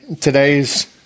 today's